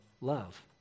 love